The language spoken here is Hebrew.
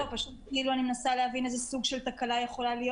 אני מנסה להבין איזה סוג של תקלה יכול להיות